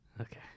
okay